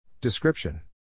Description